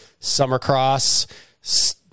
SummerCross